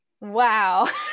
Wow